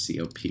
COP